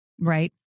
right